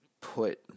put